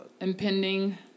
impending